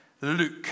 Luke